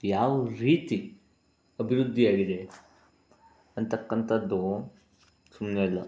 ಯಾವ ರೀತಿ ಅಭಿವೃದ್ಧಿಯಾಗಿದೆ ಅಂತಕ್ಕಂಥದ್ದು ಸುಮ್ಮನೆ ಅಲ್ಲ